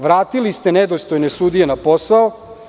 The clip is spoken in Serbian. Vratili ste nedostojne sudije na posao.